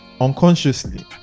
unconsciously